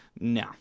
no